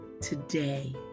today